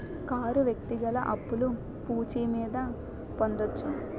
car వ్యక్తిగత అప్పులు పూచి మీద పొందొచ్చు